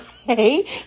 Okay